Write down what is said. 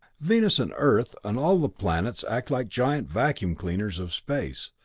venus and earth and all the planets act like giant vacuum cleaners of space,